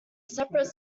separate